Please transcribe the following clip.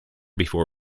before